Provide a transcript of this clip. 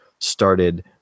started